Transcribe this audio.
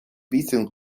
wissen